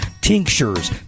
tinctures